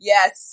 Yes